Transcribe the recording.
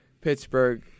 Pittsburgh